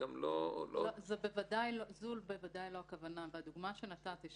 בוודאי לא הכוונה בדוגמה שנתתי.